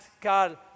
God